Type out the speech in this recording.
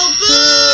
boo